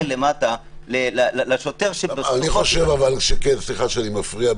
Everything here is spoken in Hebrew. למטה לשוטר שבסופו של דבר --- סליחה שאני מפריע,